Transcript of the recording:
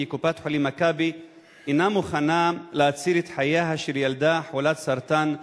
כי קופת-חולים "מכבי" אינה מוכנה להציל את חייה של ילדה חולת סרטן נדיר.